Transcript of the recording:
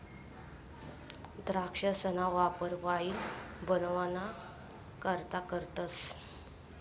द्राक्षसना वापर वाईन बनवाना करता करतस